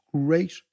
great